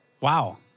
Wow